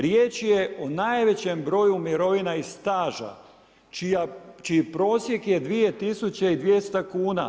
Riječ je o najvećem broju mirovina i staža čiji prosjek je 2200 kuna.